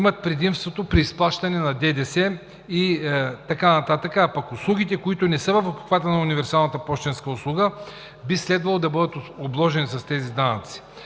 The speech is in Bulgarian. имат предимство при изплащането на ДДС и така нататък, а пък услугите, които не са в обхвата на универсалната пощенска услуга, би следвало да бъдат обложени с тези данъци.